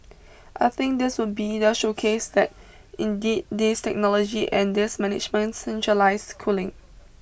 I think this would be the showcase that indeed this technology and this management centralised cooling